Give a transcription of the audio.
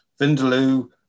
vindaloo